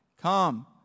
Come